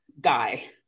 guy